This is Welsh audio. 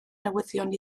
newyddion